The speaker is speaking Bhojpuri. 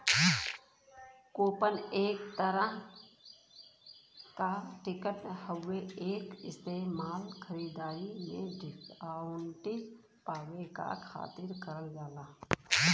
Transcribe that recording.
कूपन एक तरह क टिकट हउवे एक इस्तेमाल खरीदारी में डिस्काउंट पावे क खातिर करल जाला